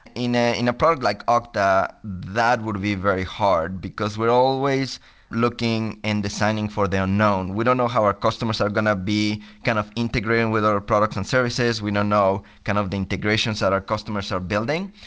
in ah in a product like okta, that would be very hard, because we're always looking and designing for their known. we don't know how our customers are going to be kind of integrating with our products and services. we don't know kind of the integrations that are customers are building.